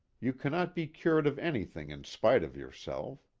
you cannot be cured of anything in spite of yourself.